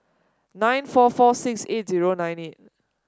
nine four four six eight zero nine eight